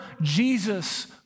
Jesus